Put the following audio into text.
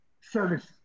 service